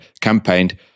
campaigned